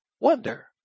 wonder